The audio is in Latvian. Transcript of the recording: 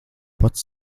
pats